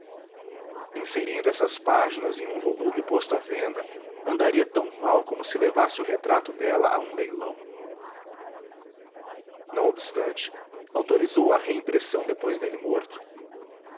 inserindo essas páginas em um volume posto à venda andaria tão mal como se levasse o retrato dela a um leilão não obstante autorizou a reimpressão depois dele morto